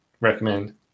recommend